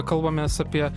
kalbamės apie